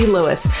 Lewis